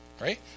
right